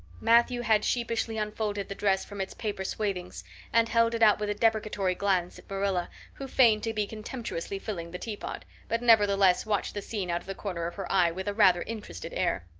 matthew had sheepishly unfolded the dress from its paper swathings and held it out with a deprecatory glance at marilla, who feigned to be contemptuously filling the teapot, but nevertheless watched the scene out of the corner of her eye with a rather interested air.